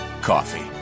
coffee